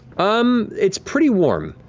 um it's pretty warm,